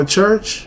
church